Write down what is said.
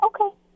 Okay